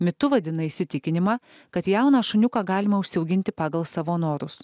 mitu vadina įsitikinimą kad jauną šuniuką galima užsiauginti pagal savo norus